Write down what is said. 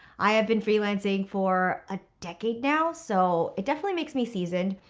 i have been freelancing for a decade now. so it definitely makes me seasoned,